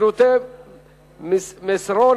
(שירותי מסרון),